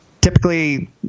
typically